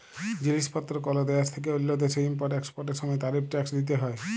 জিলিস পত্তর কল দ্যাশ থ্যাইকে অল্য দ্যাশে ইম্পর্ট এক্সপর্টের সময় তারিফ ট্যাক্স দ্যিতে হ্যয়